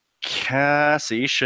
Cassie